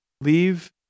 Leave